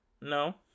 No